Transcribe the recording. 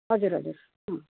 हजुर हजुर